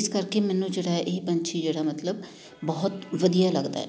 ਇਸ ਕਰਕੇ ਮੈਨੂੰ ਜਿਹੜਾ ਇਹ ਪੰਛੀ ਜਿਹੜਾ ਮਤਲਬ ਬਹੁਤ ਵਧੀਆ ਲੱਗਦਾ